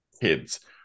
kids